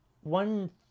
one